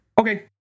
Okay